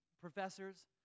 professors